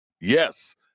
yes